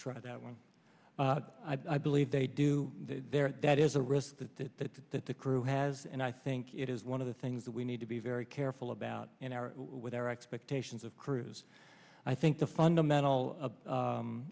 try that one i believe they do there that is a risk that that that that the crew has and i think it is one of the things that we need to be very careful about an hour with our expectations of cruise i think the fundamental